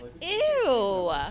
Ew